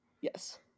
Yes